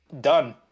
done